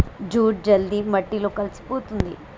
jute జల్ది మట్టిలో కలిసిపోతుంది